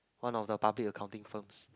one of the public accounting firms